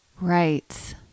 right